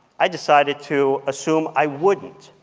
i decided to assume i wouldn't.